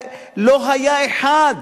ולא היה אחד